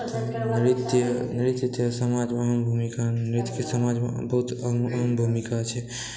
नृत्य नृत्य तऽ समाजमे अहम भूमिका नृत्य कऽ समाजमे अहम भूमिका छै